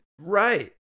right